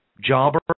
jobber